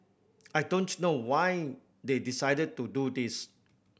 I don't know why they decided to do this